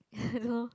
yeah lor